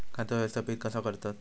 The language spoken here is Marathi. खाता व्यवस्थापित कसा करतत?